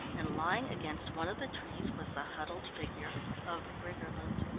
and lying against one of the trees was the huddled figure of briggerland.